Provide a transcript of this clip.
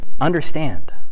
understand